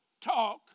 talk